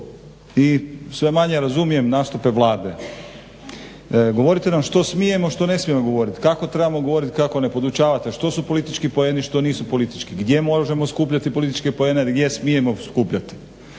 i sve manje razumijem nastupe Vlade. Govorite nam što smijemo, što ne smijemo govorit, kako trebamo govorit, kako ne podučavate što su politički poeni, što nisu politički, gdje možemo skupljati političke poene i gdje smijemo skupljati.